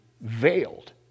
veiled